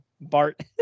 Bart